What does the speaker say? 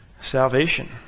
salvation